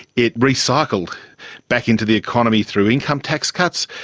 it recycled back into the economy through income tax cuts.